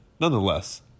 Nonetheless